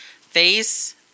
Face